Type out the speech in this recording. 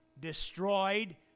destroyed